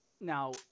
Now